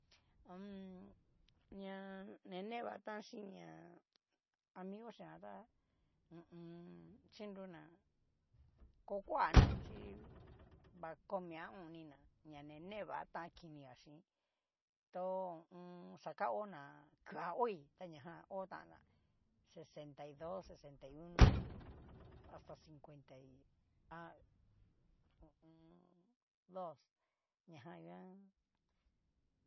Ha ni ne va tan xhin ña amigo xi jan tá, hu u un. xhiruná kokuana chí, va komi a o'on nina ña nine va tán kiniga xhín, to ho o on. xakaona kuea hoi tanajan hotan ná sesenta dos sesentai uno, asta cincuenta y a hu u un. dos ñajan nguan.